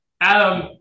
Adam